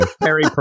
Harry